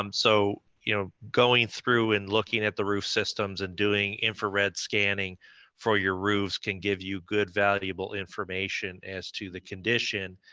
um so, you know going through and looking at the roof systems and doing infrared scanning for your roofs can give you good, valuable information as to the condition,